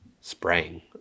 spraying